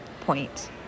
point